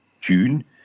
June